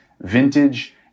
vintage